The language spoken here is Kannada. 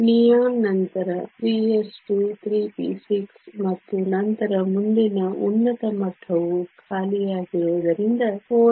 ನಿಯಾನ್ ನಂತರ 3s2 3p6 ಮತ್ತು ನಂತರ ಮುಂದಿನ ಉನ್ನತ ಮಟ್ಟವು ಖಾಲಿಯಾಗಿರುವುದರಿಂದ 4s0